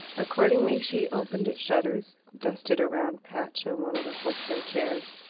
accordingly she opened its shutters, dusted a round patch on one of the horsehair chairs,